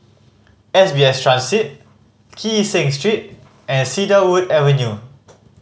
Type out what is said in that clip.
S B S Transit Kee Seng Street and Cedarwood Avenue